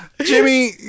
Jimmy